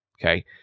Okay